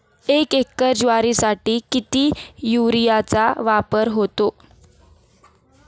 एक एकर ज्वारीसाठी किती युरियाचा वापर होतो?